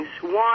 One